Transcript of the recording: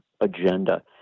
agenda